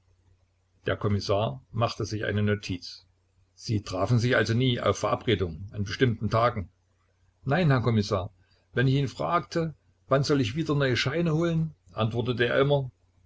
der kommissar machte sich eine notiz sie trafen sich also nie auf verabredung an bestimmten tagen nein herr kommissar wenn ich ihn fragte wann soll ich wieder neue scheine holen antwortete er immer